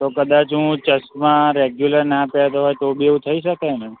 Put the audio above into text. તો કદાચ હું ચશ્મા રેગ્યુલર ના પહેરતો હોય તો બી એવું થઈ શકે ને